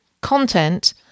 content